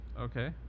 Okay